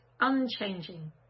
unchanging